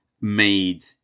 made